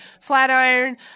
Flatiron